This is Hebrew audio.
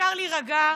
אפשר להירגע.